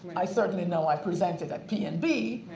i certainly know i presented at pmb.